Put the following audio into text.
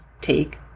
take